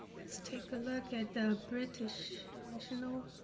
let's take a look at the british national.